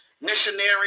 missionary